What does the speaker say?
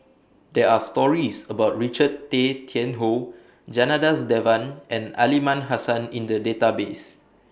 There Are stories about Richard Tay Tian Hoe Janadas Devan and Aliman Hassan in The Database